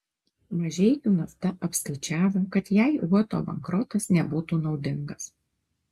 mažeikių nafta apskaičiavo kad jai uoto bankrotas nebūtų naudingas